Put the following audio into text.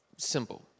Simple